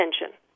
attention